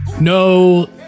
No